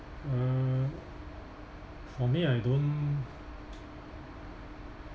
uh for me I don't